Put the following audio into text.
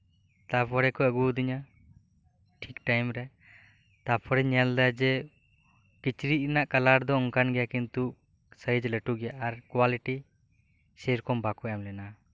ᱛᱟᱯᱚᱨᱮ ᱠᱚ ᱟᱹᱜᱩᱣᱟᱫᱤᱧᱟ ᱴᱷᱤᱠ ᱴᱟᱭᱤᱢ ᱨᱮ ᱛᱟᱯᱚᱨᱮᱧ ᱧᱮᱞᱫᱟ ᱡᱮ ᱠᱤᱪᱨᱤᱡ ᱨᱮᱭᱟᱜ ᱠᱟᱞᱟᱨ ᱫᱚ ᱚᱱᱠᱟᱱ ᱜᱮᱭᱟ ᱠᱤᱱᱛᱩ ᱥᱟᱭᱤᱡ ᱞᱟᱹᱴᱩ ᱜᱮᱭᱟ ᱟᱨ ᱠᱩᱣᱟᱞᱤᱴᱤ ᱥᱮ ᱨᱚᱠᱚᱢ ᱵᱟᱠᱚ ᱮᱢ ᱞᱮᱱᱟ